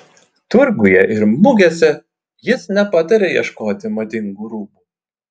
turguje ir mugėse jis nepataria ieškoti madingų rūbų